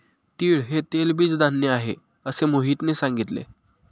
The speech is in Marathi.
तीळ हे तेलबीज धान्य आहे, असे मोहितने सांगितले